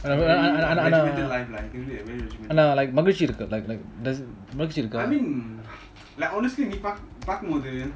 அனா அனா அனா அனா அனா மகிழ்ச்சி இருக்க:ana ana ana ana ana magizhchi iruka like like like மகிழ்ச்சி இருக்க:magizhchi iruka